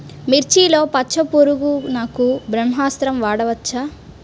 మిర్చిలో పచ్చ పురుగునకు బ్రహ్మాస్త్రం వాడవచ్చా?